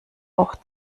auch